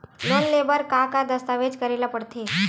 Loan ले बर का का दस्तावेज करेला पड़थे?